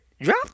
drop